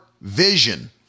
vision